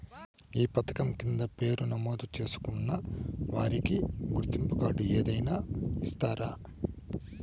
ఈ పథకం కింద పేరు నమోదు చేసుకున్న వారికి గుర్తింపు కార్డు ఏదైనా ఇస్తారా?